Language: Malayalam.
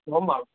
ഒന്നാണ്